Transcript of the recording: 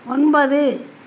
ஒன்பது